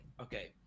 Okay